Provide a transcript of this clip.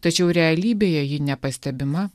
tačiau realybėje ji nepastebima